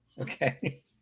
Okay